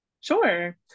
Sure